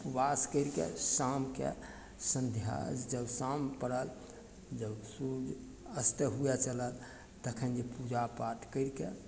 उपवास करिके शामके संध्या जब शाम पड़ल जब सूर्य अस्त हुवे चलल तखन जे पूजापाठ करिके